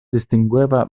distingueva